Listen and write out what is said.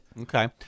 Okay